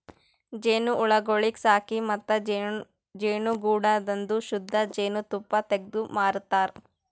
ಜೇನುಹುಳಗೊಳಿಗ್ ಸಾಕಿ ಮತ್ತ ಜೇನುಗೂಡದಾಂದು ಶುದ್ಧ ಜೇನ್ ತುಪ್ಪ ತೆಗ್ದು ಮಾರತಾರ್